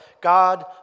God